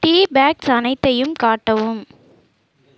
tea bags அனைத்தையும் காட்டவும்